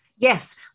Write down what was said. Yes